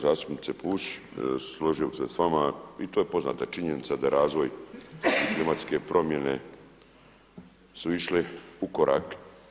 Zastupnice Pusić, složio bih se s vama i to je poznata činjenica da razvoj klimatske promjene su išli u korak.